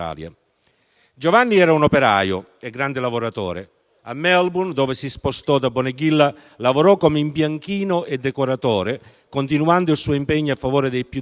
Giovanni era un operaio, un grande lavoratore; a Melbourne, dove si spostò da Bonegilla, lavorò come imbianchino e decoratore continuando il suo impegno a favore dei più deboli,